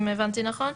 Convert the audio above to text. אם הבנתי נכון.